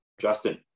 justin